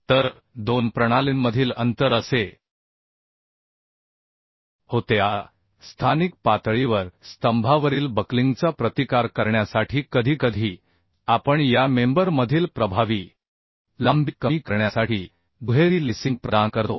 तर दोन प्रणालींमधील अंतर असे होते आता स्थानिक पातळीवर स्तंभावरील बक्लिंगचा प्रतिकार करण्यासाठी कधीकधी आपण या मेंबर मधील प्रभावी लांबी कमी करण्यासाठी दुहेरी लेसिंग प्रदान करतो